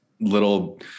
little